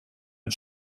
and